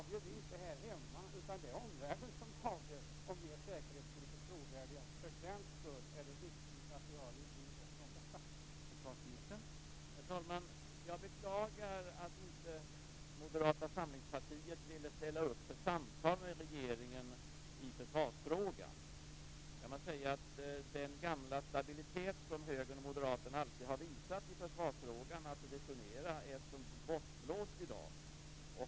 Herr talman! Jag beklagar att inte Moderata samlingspartiet ville ställa upp för samtal med regeringen i försvarsfrågan. Den gamla stabilitet som högern och Moderaterna alltid har visat i försvarsfrågan, att resonera, är som bortblåst i dag.